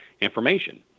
information